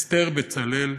אסתר בצלאל,